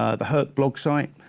ah the herc blog site,